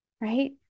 right